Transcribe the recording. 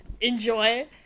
enjoy